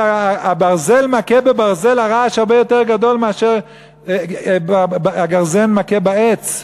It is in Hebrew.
כשהברזל מכה בברזל הרעש הרבה יותר גדול מאשר כשהגרזן מכה בעץ.